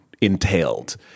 entailed